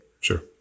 Sure